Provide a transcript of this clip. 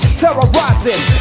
terrorizing